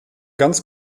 ganz